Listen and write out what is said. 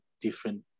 different